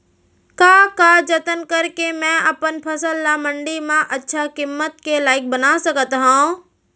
का का जतन करके मैं अपन फसल ला मण्डी मा अच्छा किम्मत के लाइक बना सकत हव?